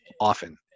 often